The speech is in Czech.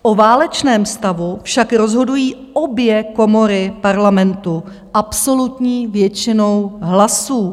O válečném stavu však rozhodují obě komory Parlamentu absolutní většinou hlasů.